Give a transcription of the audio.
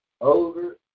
over